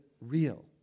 real